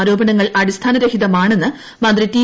ആരോപണണങ്ങൾ അടിസ്ഥാനരഹിതമാണെന്ന് മന്ത്രി ട്ടി